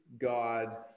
God